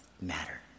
matter